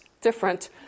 different